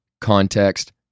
context